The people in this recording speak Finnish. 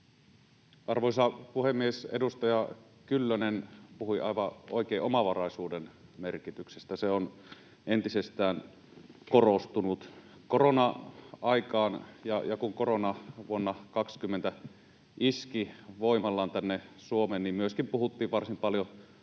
Arvoisa puhemies! Edustaja Kyllönen puhui aivan oikein omavaraisuuden merkityksestä. Se on entisestään korostunut korona-aikaan, ja kun korona vuonna 20 iski voimallaan tänne Suomeen, niin myöskin puhuttiin varsin paljon